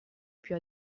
più